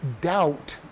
doubt